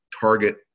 target